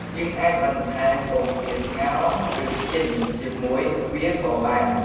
យើងអាចបន្ថែមពងទាស្ងោរ ឬចៀនជាមួយវាក៏បាន។